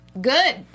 Good